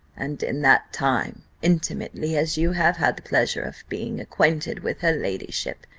and in that time, intimately as you have had the pleasure of being acquainted with her ladyship,